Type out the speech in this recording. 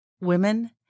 women